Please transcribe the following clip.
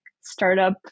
startup